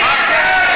משפט.